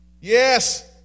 Yes